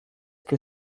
que